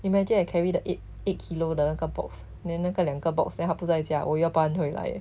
imagine that I carry the eight eight kilo 的那个 box then 那个两个 box then 他不在家我要搬回来 leh